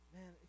man